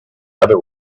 other